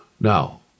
Now